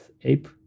Ape